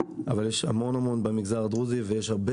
אבל יש המון-המון במגזר הדרוזי ויש הרבה